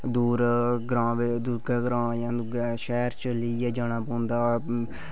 दूर ग्रांऽ बि दूर ग्रांऽ जां दुऐ शैह्र च लेइयै जाना पौंदा